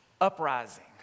uprising